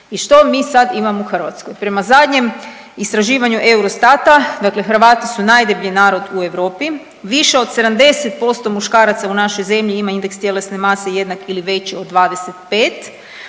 i što mi sad imamo u Hrvatskoj? Prema zadnjem istraživanju Eurostata dakle Hrvati su najdeblji narod u Europi, više od 70% muškaraca u našoj zemlji ima indeks tjelesne mase jednak ili veći od 25,